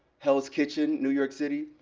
hell's kitchen, new york city,